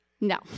No